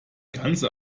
ganze